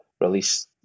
release